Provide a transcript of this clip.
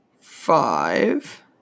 five